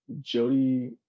Jody